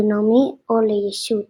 אוטונומי או לישות